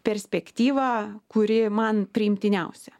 perspektyva kuri man priimtiniausia